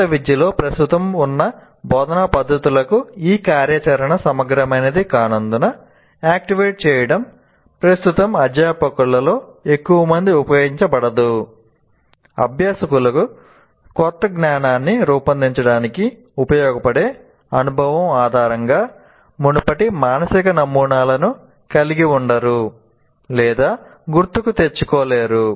ఉన్నత విద్యలో ప్రస్తుతం ఉన్న బోధనా పద్ధతులకు ఈ కార్యాచరణ సమగ్రమైనది కానందున యాక్టివేట్ చేయడం ప్రస్తుతం అధ్యాపకులలో ఎక్కువమంది ఉపయోగించబడదు అభ్యాసకులు కొత్త జ్ఞానాన్ని రూపొందించడానికి ఉపయోగపడే అనుభవం ఆధారంగా మునుపటి మానసిక నమూనాలను కలిగి ఉండరు లేదా గుర్తుకు తెచ్చుకోలేరు